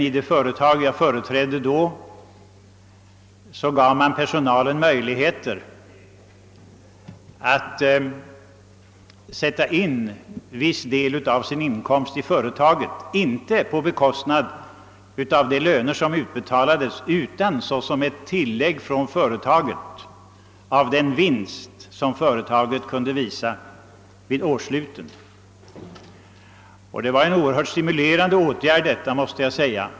I ett företag som jag då företrädde gav man personalen möjlighet att sätta in viss del av sin inkomst i företaget, inte på bekostnad av de löner som utbetalades utan som ett tillägg från företaget av den vinst som företaget kunde visa vid årssluten. Det var en oerhört stimulerande åtgärd måste jag säga.